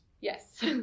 Yes